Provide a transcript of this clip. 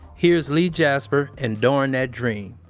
here's lee jasper, enduring that dream.